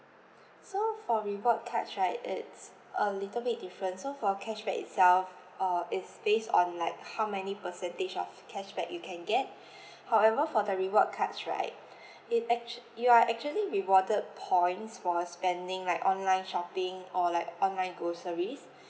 so for reward cards right it's a little bit different so for cashback itself uh is based on like how many percentage of cashback you can get however for the reward cards right it actually you are actually rewarded points for your spending like online shopping or like online groceries